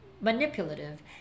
manipulative